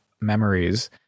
memories